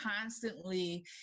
constantly